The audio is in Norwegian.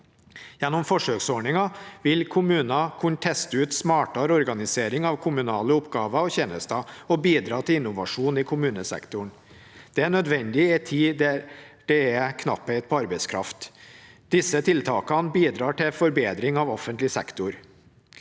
Gjennom forsøksordningen vil kommuner kunne teste ut smartere organisering av kommunale oppgaver og tjenester og bidra til innovasjon i kommunesektoren. Det er nødvendig i en tid der det er knapphet på arbeidskraft. Disse tiltakene bidrar til forbedring av offentlig sektor.